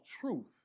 truth